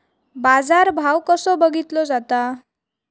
बाजार भाव कसो बघीतलो जाता?